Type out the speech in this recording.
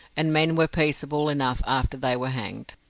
and men were peaceable enough after they were hanged.